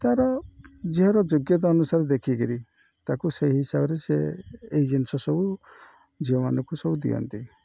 ତା'ର ଝିଅର ଯୋଗ୍ୟତା ଅନୁସାରେ ଦେଖିକିରି ତାକୁ ସେହି ହିସାବରେ ସେ ଏଇ ଜିନିଷ ସବୁ ଝିଅମାନଙ୍କୁ ସବୁ ଦିଅନ୍ତି